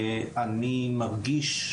אני מרגיש,